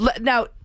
Now